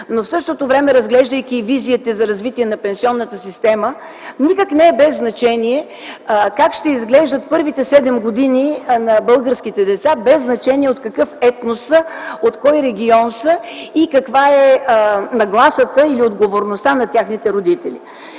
В същото време, разглеждайки визиите за развитие на пенсионната система, никак не е без значение как ще изглеждат първите седем години на българските деца без значение от какъв етнос са, от кой регион са и каква е нагласата и отговорността на техните родители.